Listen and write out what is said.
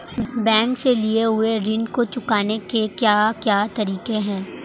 Bank से लिए हुए ऋण को चुकाने के क्या क्या तरीके हैं?